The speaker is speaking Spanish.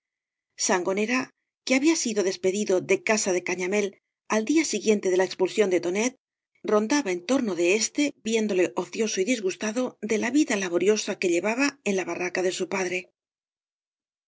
sangonera que había sido despedido de casa ca ñamel al día siguiente de la expulsión de tonet rondaba en torno de éste viéndole ocioso y disgustado de la vida laboriosa que llevaba en la barraca de bu padre